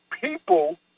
people